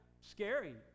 scary